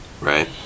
right